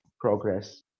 progress